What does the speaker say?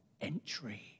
entry